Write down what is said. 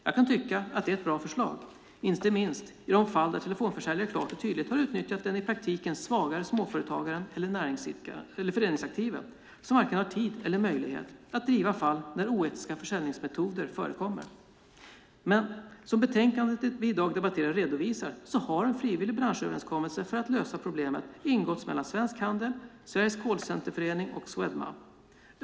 Jag kan tycka det är ett bra förslag, inte minst i de fall där telefonförsäljare klart och tydligt har utnyttjat den i praktiken svagare småföretagaren eller föreningsaktive som varken har tid eller möjlighet att driva fall när oetiska försäljningsmetoder förekommer. Men som det betänkande vi i dag debatterar redovisar har en frivillig branschöverenskommelse för att lösa problem ingåtts mellan Svensk Handel, Sveriges Callcenter Förening och Swedma.